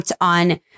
On